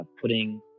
putting